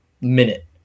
minute